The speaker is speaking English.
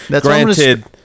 Granted